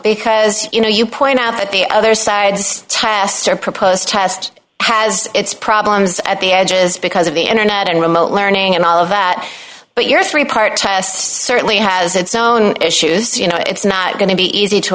because you know you point out that the other side's tasks are proposed test has it's problems at the edges because of the internet and remote learning and all of that but your three part test certainly has its own issues you know it's not going to be easy to